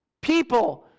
people